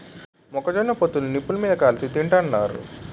మొక్క జొన్న పొత్తులు నిప్పులు మీది కాల్చి తింతన్నారు